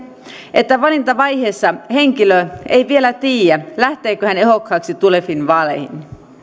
että valintavaiheessa henkilö ei vielä tiedä lähteekö hän ehdokkaaksi tuleviin vaaleihin